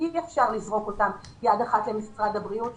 אי אפשר לזרוק אותם יד אחת למשרד הבריאות,